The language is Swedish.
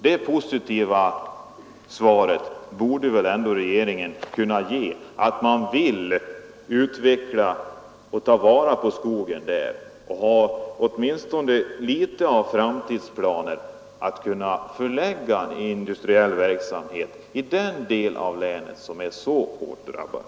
Det positiva svaret borde väl ändå regeringen kunna ge, att man vill ta vara på och utveckla skogen där och att man åtminstone har någrå framtidsplaner på att förlägga industriell verksamhet till den del av länet som är så hårt drabbad.